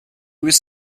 was